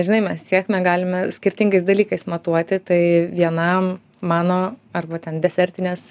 žinai mes sėkmę galime skirtingais dalykais matuoti tai vienam mano arba ten desertinės